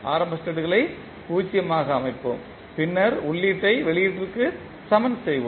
ஆரம்ப ஸ்டேட்களை 0 ஆக அமைப்போம் பின்னர் உள்ளீட்டை வெளியீட்டிற்கு சமன் செய்வோம்